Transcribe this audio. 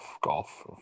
golf